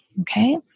Okay